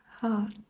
heart